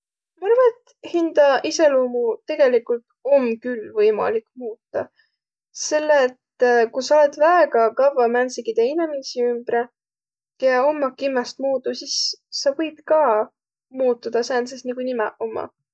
Ma arva, et hindä iseloomu tegeligult om küll võimalik muutaq, selle et ku sa olõt väega kavva määntsigide inemiisi ümbre, kiä ommaq kimmäst muudu, sis sa võit ka muutuda sääntses, niguq nimäq ommaq.